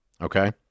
okay